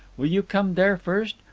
will you come there first,